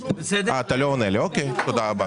אתה לא עונה לי, תודה רבה.